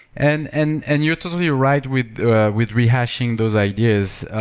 and and and you're totally right with with rehashing those ideas,